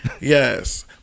Yes